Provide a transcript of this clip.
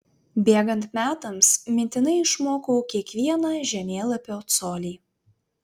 bėgant metams mintinai išmokau kiekvieną žemėlapio colį